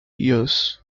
years